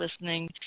listening